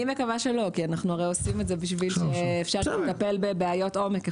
אני מקווה שלא כי אנחנו הרי עושים את זה כדי לטפל בבעיות עומק,